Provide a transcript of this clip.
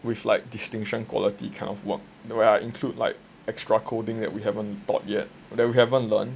with like distinction quality kind of work the way I include like extra coding that we haven't taught yet that we haven't learned